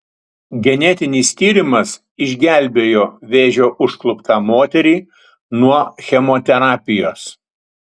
genetinis tyrimas išgelbėjo vėžio užkluptą moterį nuo chemoterapijos